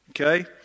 Okay